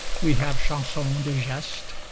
we have chansons de geste,